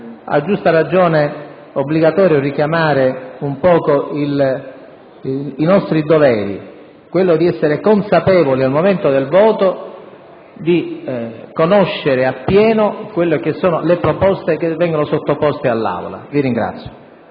a giusta ragione, obbligatorio richiamare i nostri doveri, tra cui quello di essere consapevoli al momento del voto e di conoscere appieno quelle che sono le proposte che vengono sottoposte all'Assemblea.